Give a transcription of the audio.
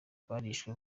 barishwe